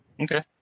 Okay